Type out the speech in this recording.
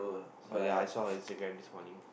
oh ya I saw on his Instagram this morning